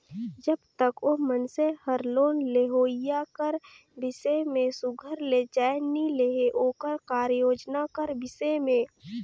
जब तक ओ मइनसे हर लोन लेहोइया कर बिसे में सुग्घर ले जाएन नी लेहे ओकर कारयोजना कर बिसे में